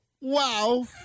wow